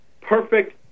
perfect